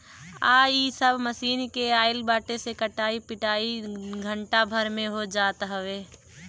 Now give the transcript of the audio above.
अब इ सब मशीन के आगइला से कटाई पिटाई घंटा भर में हो जात हवे